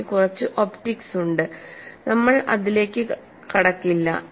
എനിക്ക് കുറച്ച് ഒപ്റ്റിക്സ് ഉണ്ട് നമ്മൾ അതിലേക്ക് കടക്കില്ല